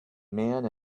man